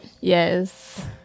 Yes